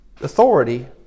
authority